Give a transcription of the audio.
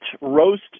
roast